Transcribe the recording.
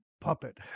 puppet